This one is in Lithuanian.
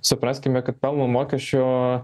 supraskime kad pelno mokesčio